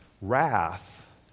wrath